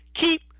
keep